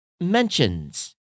mentions